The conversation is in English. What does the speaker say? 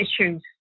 issues